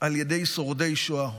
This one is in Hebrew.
על ידי שורדי שואה,